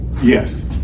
yes